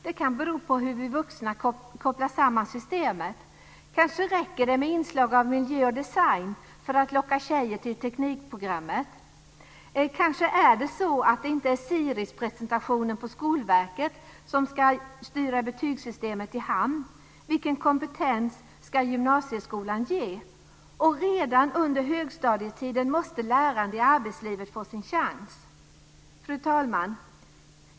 Det kan bero på hur vi vuxna kopplar samman systemet. Kanske räcker det med inslag av miljö och design för att locka tjejer till teknikprogrammet. Eller kanske är det så att det inte är SIRIS presentationen på Skolverket som ska styra betygssystemet i hamn? Vilken kompetens ska gymnasieskolan ge? Redan under högstadietiden måste lärande i arbetslivet få sin chans. Fru talman!